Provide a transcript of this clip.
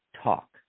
talk